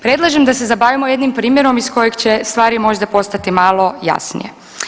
Predlažem da se zabavimo jednim primjerom iz kojeg će stvari možda postati malo jasnije.